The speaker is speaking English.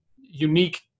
unique